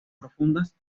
profundas